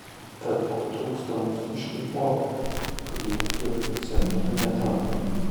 tad ko trūksta mūsiškei operai kad ji tokiu centru netampa